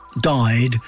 died